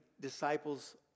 disciples